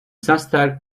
s’installent